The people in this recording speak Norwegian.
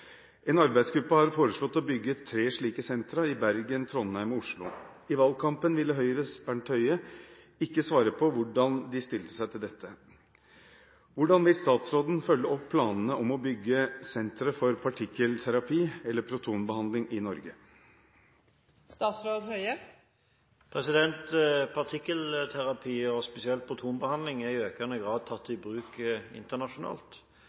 En arbeidsgruppe har foreslått å bygge tre sentre for partikkelterapi i Bergen, Trondheim og Oslo. I valgkampen ville Høyres Bent Høie ikke svare på hvordan de stilte seg til dette. Hvordan vil statsråden følge opp planene om å bygge sentre for partikkelterapi i Norge?» Partikkelterapi, spesielt protonbehandling, er i økende grad tatt i bruk internasjonalt.